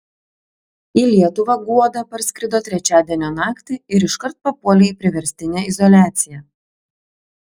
į lietuvą guoda parskrido trečiadienio naktį ir iškart papuolė į priverstinę izoliaciją